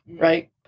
right